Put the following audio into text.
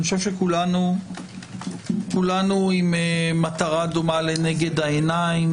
אני חושב שכולנו עם מטרה דומה לנגד העיניים,